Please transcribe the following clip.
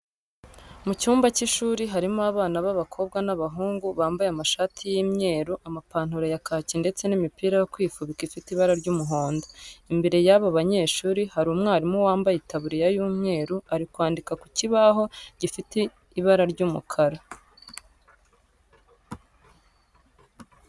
Mu cyumba cy'ishuri harimo abana b'abakobwa n'ab'abahungu bambaye amashati y'imyeru, amapantaro ya kaki ndetse n'imipira yo kwifubika ifite ibara ry'umuhondo. Imbere y'aba banyeshuri hari umwarimu wambaye itaburiya y'umweru ari kwandika ku kibaho gifite ibara ry'umukara